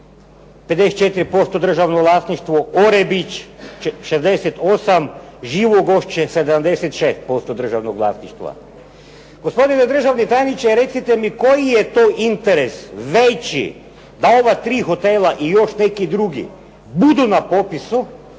54% državno vlasništvo, Orebić 68, Živogošće 76% državnog vlasništva. Gospodine državni tajniče, recite mi koji je to interes veći da ova tri hotela i još neki drugi budu na popisu,